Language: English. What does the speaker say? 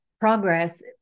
progress